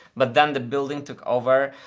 but then the building took over.